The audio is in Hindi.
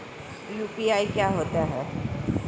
यू.पी.आई क्या होता है?